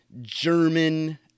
German